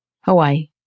Hawaii